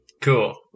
Cool